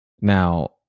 Now